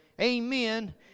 amen